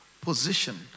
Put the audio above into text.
position